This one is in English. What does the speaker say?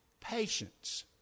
patience